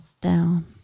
down